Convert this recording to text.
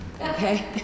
Okay